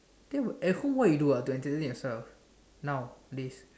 then at home what you do ah to entertain yourself now please